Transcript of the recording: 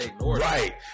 right